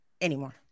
anymore